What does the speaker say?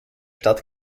stadt